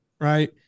Right